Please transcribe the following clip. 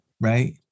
right